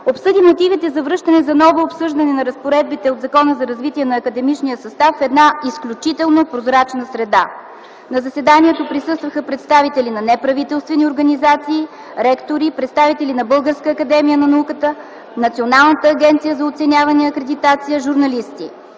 обсъди мотивите за връщане за ново обсъждане на разпоредбите от Закона за развитието на академичния състав в една изключително прозрачна среда. На заседанието присъстваха представители на неправителствени организации, ректори, представители на Българската академия на науките, Националната агенция за оценяване и акредитация, журналисти.